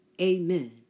amen